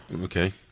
Okay